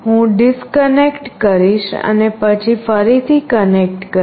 હું ડિસ્કનેક્ટ કરીશ અને પછી ફરીથી કનેક્ટ કરીશ